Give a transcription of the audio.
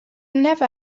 never